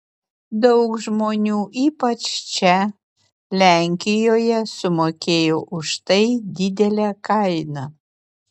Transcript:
daug žmonių ypač čia lenkijoje sumokėjo už tai didelę kainą